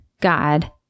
God